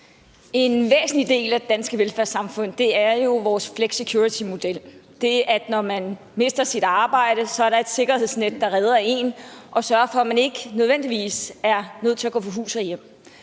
En væsentlig del af det danske velfærdssamfund er jo vores flexicuritymodel – det, at når man mister sit arbejde, er der et sikkerhedsnet, der redder en og sørger for, at man ikke nødvendigvis er nødt til at gå fra hus og hjem.